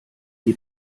die